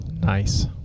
Nice